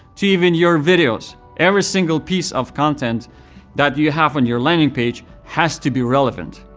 to even your videos, every single piece of content that you have on your landing page has to be relevant.